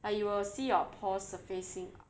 like you will see your pores surfacing